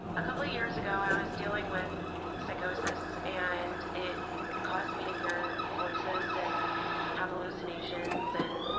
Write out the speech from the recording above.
a couple years ago i was dealing with psychosis, and it caused me to hear voices and have hallucinations, and